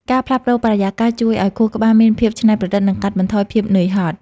ការផ្លាស់ប្តូរបរិយាកាសជួយឱ្យខួរក្បាលមានភាពច្នៃប្រឌិត និងកាត់បន្ថយភាពនឿយហត់។